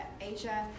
Asia